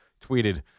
tweeted